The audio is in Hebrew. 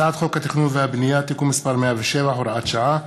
הצעת חוק התכנון והבנייה (תיקון מס' 107 והוראת שעה),